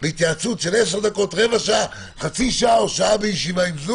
התייעצות של עשר דקות, חצי שעה או שעה בזום,